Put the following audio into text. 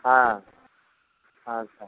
हाँ अच्छा